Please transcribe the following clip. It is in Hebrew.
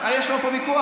יש לנו פה ויכוח,